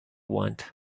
want